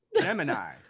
Gemini